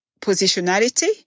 positionality